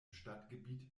stadtgebiet